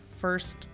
first